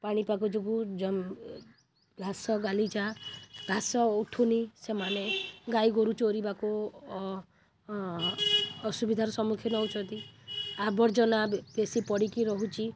ପାଣିପାଗ ଯୋଗୁଁ ଜମ ଘାସ ଗାଲିଚା ଘାସ ଉଠୁନି ସେମାନେ ଗାଈ ଗୋରୁ ଚରିବାକୁ ଅ ଅସୁବିଧାର ସମ୍ମୁଖୀନ ହେଉଛନ୍ତି ଆବର୍ଜନା ବେଶୀ ପଡ଼ିକି ରହୁଛି